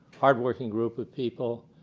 hard working group of people,